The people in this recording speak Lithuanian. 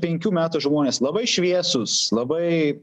penkių metų žmonės labai šviesūs labai